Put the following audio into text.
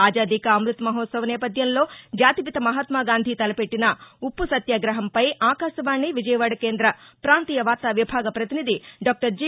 ఆజాదీ కా అమ్బత్ మహోత్సవ్ నేపథ్యంలో జాతిపిత మహాత్మాగాంధీ తలపెట్టిన ఉప్పు సత్యాగహంపై ఆకాశవాణి విజయవాడ కేంద్ర పాంతీయ వార్తా విభాగ ప్రతినిధి డాక్టర్ జి